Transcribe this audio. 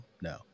No